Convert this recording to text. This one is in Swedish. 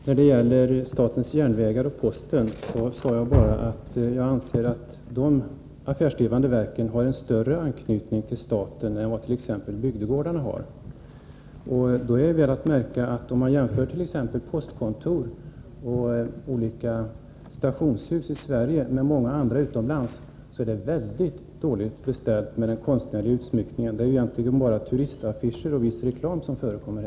Fru talman! När det gäller statens järnvägar och posten sade jag bara att jag anser att de affärsdrivande verken har en större anknytning till staten än t.ex. bygdegårdarna. Då är väl att märka att om man jämfört.ex. postkontor och järnvägsstationer i Sverige med många av deras motsvarigheter utomlands, finner man att det är väldigt dåligt beställt med den konstnärliga utsmyckningen här. Det är egentligen bara turistaffischer och reklam som förekommer.